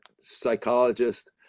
psychologist